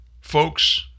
Folks